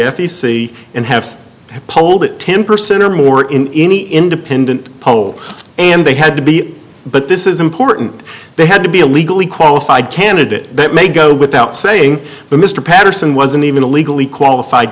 c and have polled it ten percent or more in any independent poll and they had to be but this is important they had to be a legally qualified candidate that may go without saying but mr patterson wasn't even a legally qualified